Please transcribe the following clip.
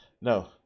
no